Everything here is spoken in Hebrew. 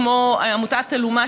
כמו עמותת אלומה,